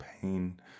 pain